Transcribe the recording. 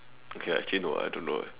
okay ah actually no I don't know eh